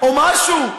או משהו?